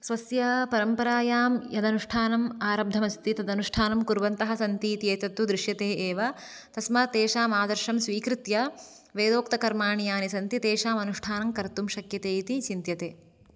स्वस्य परम्परायां यदनुष्ठानं आरब्धमस्ति तदनुष्ठानं कुर्वन्तः सन्ति इत्येतत्तु दृश्यते एव तस्मात् तेषां आदर्शं स्वीकृत्य वेदोक्तकर्माणि यानि सन्ति तेषां अनुष्ठानं कर्तुं शक्यते इति चिन्त्यते